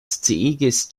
sciigis